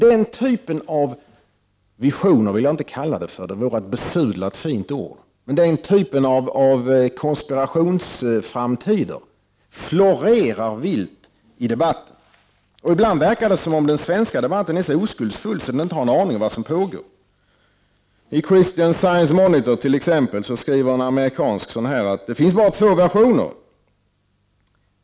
Jag vill inte kalla detta för visioner, det vore att besudla ett fint ord, men den här typen av ”konspirationsframtider” florerar vilt i debatten. Ibland verkar det som om man i den svenska debatten är så oskuldsfull att man inte har en aning om vad som pågår. I Christian Science Monitor t.ex. skriver en amerikan att det finns bara två versioner.